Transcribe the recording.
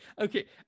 okay